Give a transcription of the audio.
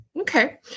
Okay